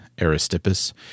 Aristippus